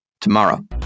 tomorrow